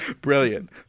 brilliant